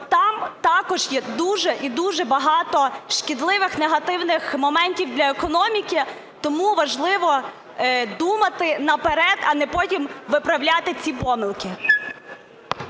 там також є дуже і дуже багато шкідливих негативних моментів для економіки. Тому важливо думати наперед, а не потім виправляти ці помилки.